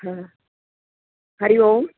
Hari Om